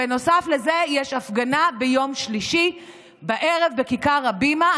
בנוסף לזה, יש הפגנה ביום שלישי בערב בכיכר הבימה.